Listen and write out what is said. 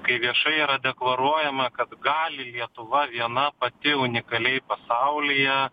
kai viešai yra deklaruojama kad gali lietuva viena pati unikaliai pasaulyje